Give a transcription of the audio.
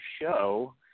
show